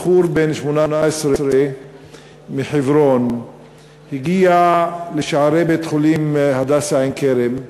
בחור בן 18 מחברון הגיע לשערי בית-חולים "הדסה עין-כרם"